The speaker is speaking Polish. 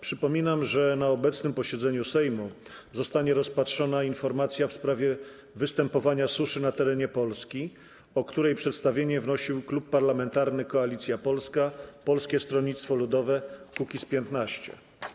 Przypominam, że na obecnym posiedzeniu Sejmu zostanie rozpatrzona informacja w sprawie występowania suszy na terenie Polski, o której przedstawienie wnosił Klub Parlamentarny Koalicja Polska - Polskie Stronnictwo Ludowe - Kukiz15.